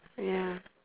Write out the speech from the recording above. ya